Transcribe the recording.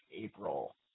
April